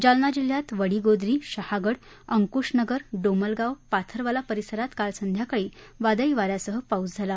जालना जिल्ह्यात वडीगोद्री शहागड अंकुशनगर डोमलगाव पाथरवाला परिसरात काल संध्याकाळी वादळी वाऱ्यासह पाऊस झाला